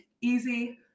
easy